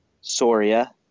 Soria